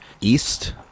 east